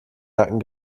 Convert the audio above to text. nacken